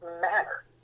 matter